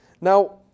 Now